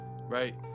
right